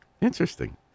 Interesting